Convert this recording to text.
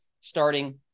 starting